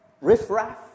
riffraff